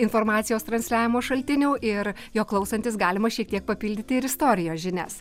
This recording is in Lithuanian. informacijos transliavimo šaltinių ir jo klausantis galima šiek tiek papildyti ir istorijos žinias